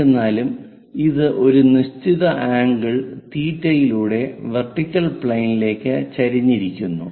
എന്നിരുന്നാലും ഇത് ഒരു നിശ്ചിത ആംഗിൾ തീറ്റ θ യിലൂടെ വെർട്ടിക്കൽ പ്ലെയിനിലേക്ക് ചരിഞ്ഞിരിക്കുന്നു